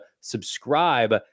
subscribe